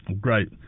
great